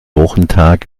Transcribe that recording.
wochentag